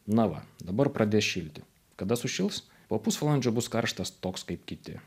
na va dabar pradės šilti kada sušils po pusvalandžio bus karštas toks kaip kiti